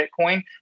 Bitcoin